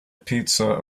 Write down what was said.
pizza